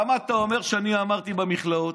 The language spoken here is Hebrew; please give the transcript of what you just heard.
למה אתה אומר שאני אמרתי "במכלאות"?